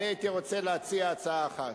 אני הייתי רוצה להציע הצעה אחת.